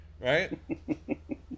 Right